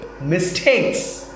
mistakes